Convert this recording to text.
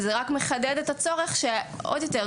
וזה רק מחדד את הצורך עוד יותר,